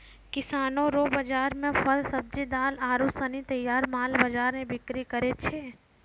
किसानो रो बाजार मे फल, सब्जी, दाल आरू सनी तैयार माल बाजार मे बिक्री करै छै